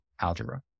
algebra